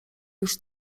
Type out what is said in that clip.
już